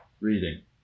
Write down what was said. reading